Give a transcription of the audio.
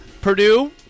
Purdue